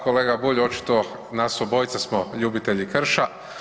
Kolega Bulj, očito nas obojica smo ljubitelji krša.